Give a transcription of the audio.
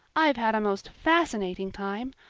i've had a most fascinating time.